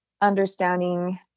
understanding